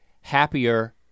happier